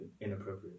inappropriate